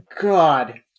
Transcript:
God